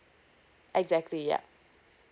exactly yeah